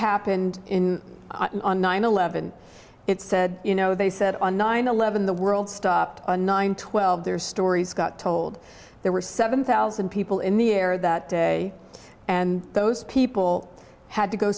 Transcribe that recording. happened in nine eleven it said you know they said on nine eleven the world stopped on nine twelve their stories got told there were seven thousand people in the air that day and those people had to go